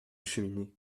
cheminée